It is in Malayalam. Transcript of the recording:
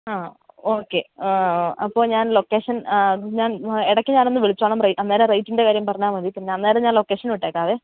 ആ ഓക്കെ അപ്പോള് ഞാൻ ലൊക്കേഷൻ ഞാൻ ഇടയ്ക്ക് ഞാനൊന്നു വിളിച്ചോളാം അന്നേരം റേറ്റിൻ്റെ കാര്യം പറഞ്ഞാല് മതി പിന്നെ അന്നേരം ഞാൻ ലൊക്കേഷനും ഇട്ടേക്കാമേ